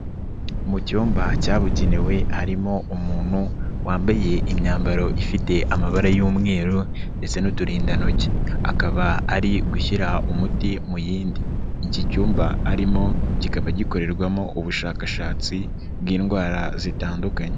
Mu cyumba cyabugenewe harimo umuntu wambaye imyambaro ifite amabara y'umweru ndetse n'uturindantoki akaba ari gushyira umuti mu yindi, iki cyumba arimo kikaba gikorerwamo ubushakashatsi bw'indwara zitandukanye.